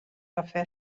cafè